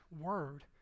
word